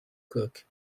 cook